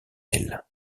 elle